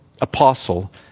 apostle